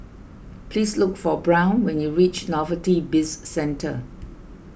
please look for Brown when you reach Novelty Bizcentre